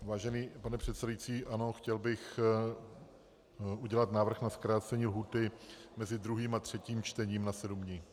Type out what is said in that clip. Vážený pane předsedající, ano, chtěl bych udělat návrh na zkrácení lhůty mezi druhým a třetím čtením na sedm dní.